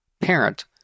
parent